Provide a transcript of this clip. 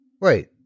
Wait